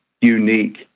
unique